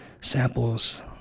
samples